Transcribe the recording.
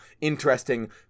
interesting